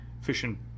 fishing